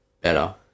better